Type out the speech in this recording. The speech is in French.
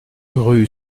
rue